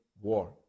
war